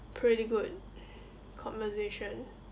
pretty good conversation